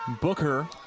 Booker